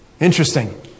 Interesting